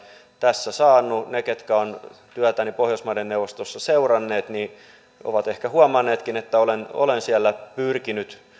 tässä saanut ne jotka ovat työtäni pohjoismaiden neuvostossa seuranneet ovat ehkä huomanneetkin että olen olen siellä pyrkinyt